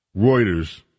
Reuters